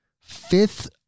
Fifth